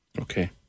Okay